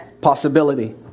Possibility